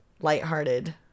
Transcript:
lighthearted